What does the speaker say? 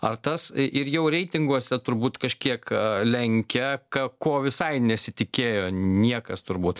ar tas ir jau reitinguose turbūt kažkiek lenkia ką ko visai nesitikėjo niekas turbūt